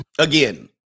Again